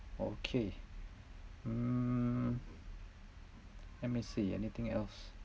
okay um let me see anything else